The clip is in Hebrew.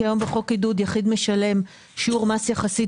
כי היום בחוק עידוד יחיד משלם שיעור מס יחסית